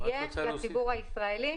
יש לציבור הישראלי